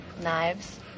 Knives